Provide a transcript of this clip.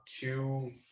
two